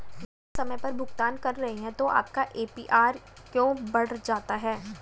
यदि आप समय पर भुगतान कर रहे हैं तो आपका ए.पी.आर क्यों बढ़ जाता है?